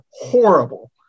horrible